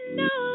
no